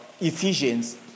Ephesians